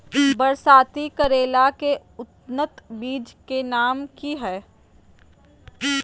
बरसाती करेला के उन्नत बिज के नाम की हैय?